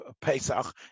Pesach